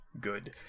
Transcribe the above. good